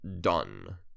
done